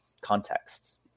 contexts